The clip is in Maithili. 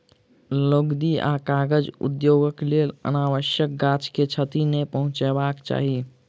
लुगदी आ कागज उद्योगक लेल अनावश्यक गाछ के क्षति नै पहुँचयबाक चाही